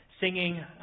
singing